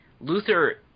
Luther